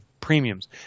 premiums